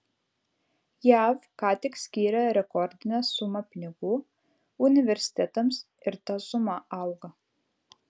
jav ką tik skyrė rekordinę sumą pinigų universitetams ir ta suma auga